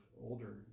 older